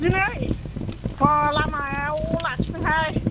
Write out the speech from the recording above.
दिनै र' लामायाव लाखिदोंहाय